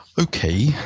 okay